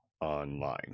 online